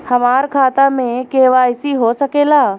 हमार खाता में के.वाइ.सी हो सकेला?